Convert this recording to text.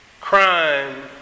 crime